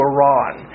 Iran